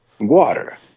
water